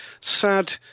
sad